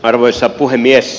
arvoisa puhemies